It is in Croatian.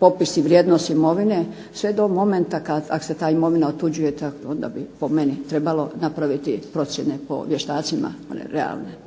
popis i vrijednost imovine, sve do momenta kad se ta imovina otuđuje. Tako da bi po meni trebalo napraviti procjene po vještacima one realne.